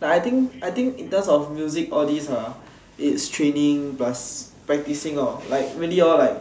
like I think I think in terms of music all these ah it's training plus practising like really lor like